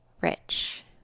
rich